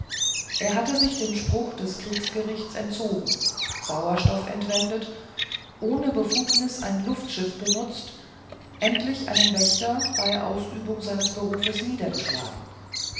er hatte sich dem spruch des kriegsgerichts entzogen sauerstoff entwendet ohne befugnis ein luftschiff benutzt endlich einen wächter bei ausübung seines berufes niedergeschlagen